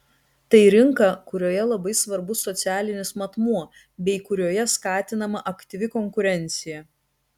tai rinka kurioje labai svarbus socialinis matmuo bei kurioje skatinama aktyvi konkurencija